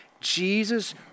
Jesus